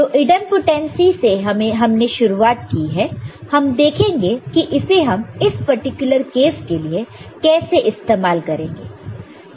तो इंडेमांपोटेंसी से हमने शुरुआत की है हम देखेंगे कि इसे हम इस पर्टिकुलर केस के लिए कैसे इस्तेमाल करेंगे